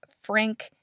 frank